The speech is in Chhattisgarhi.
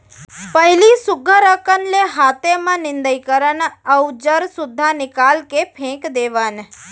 पहिली सुग्घर अकन ले हाते म निंदई करन अउ जर सुद्धा निकाल के फेक देवन